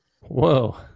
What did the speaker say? Whoa